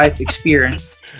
experience